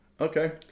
Okay